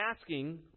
asking